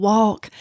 Walk